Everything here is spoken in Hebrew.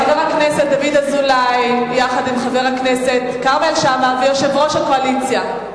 חבר הכנסת דוד אזולאי יחד עם חבר הכנסת כרמל שאמה ויושב-ראש הקואליציה,